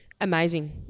amazing